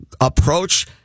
Approach